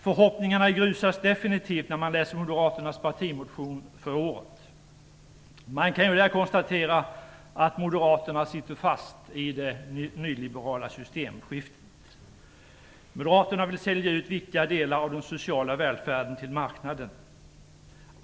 Förhoppningarna grusas definitivt när man läser moderaternas partimotion för året. Man kan där konstatera att moderaterna sitter fast i det nyliberala systemskiftet. Moderaterna vill sälja ut viktiga delar av den sociala välfärden till marknaden.